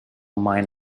mine